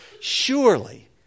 surely